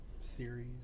series